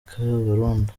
kabarondo